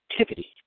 activity